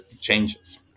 changes